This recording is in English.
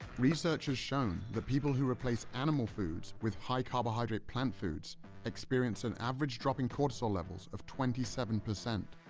research has shown that people who replace animal foods with high carbohydrate plant foods experience an average drop in cortisol levels of twenty seven percent.